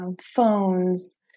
phones